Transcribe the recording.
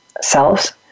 selves